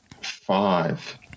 five